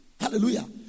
Hallelujah